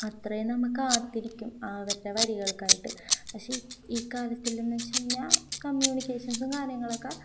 അത്രയും നമ്മള് കാത്തിരിക്കും അവരുടെ വരികൾക്കായിട്ട് പക്ഷെ ഈ കാലത്തിലെന്ന് വെച്ചുകഴിഞ്ഞാല് കമ്മ്യൂണിക്കേഷൻസും കാര്യങ്ങളുമൊക്കെ